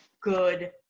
good